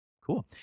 Cool